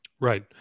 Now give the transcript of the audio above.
Right